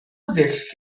ddull